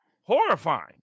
horrifying